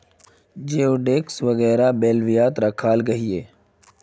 जिओडेक्स वगैरह बेल्वियात राखाल गहिये